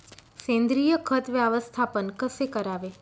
सेंद्रिय खत व्यवस्थापन कसे करावे?